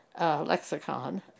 lexicon